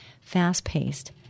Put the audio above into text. fast-paced